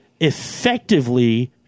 effectively